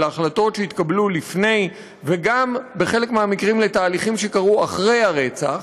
ובהחלטות שהתקבלו לפני וגם בחלק מהמקרים בתהליכים שקרו אחרי הרצח,